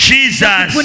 Jesus